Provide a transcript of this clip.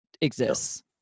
exists